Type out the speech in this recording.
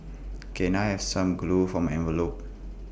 can I have some glue for my envelopes